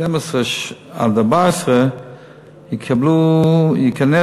12 עד 14 ייכנסו